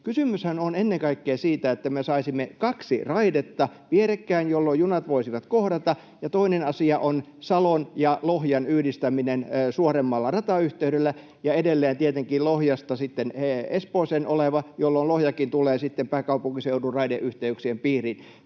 Kysymyshän on ennen kaikkea siitä, että me saisimme kaksi raidetta vierekkäin, jolloin junat voisivat kohdata. Ja toinen asia on Salon ja Lohjan yhdistäminen suoremmalla ratayhteydellä ja edelleen tietenkin Lohjalta Espooseen, jolloin Lohjakin tulee pääkaupunkiseudun raideyhteyksien piiriin.